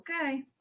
Okay